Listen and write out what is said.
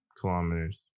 kilometers